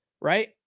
right